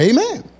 Amen